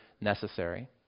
necessary